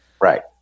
Right